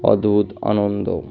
অদ্ভুত আনন্দ